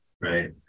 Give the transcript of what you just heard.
right